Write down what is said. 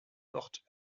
portent